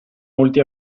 molti